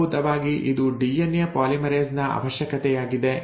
ಮೂಲಭೂತವಾಗಿ ಇದು DNA polymerase ನ ಅವಶ್ಯಕತೆಯಾಗಿದೆ